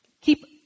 Keep